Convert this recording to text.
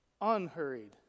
Unhurried